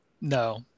No